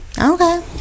Okay